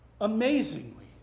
amazingly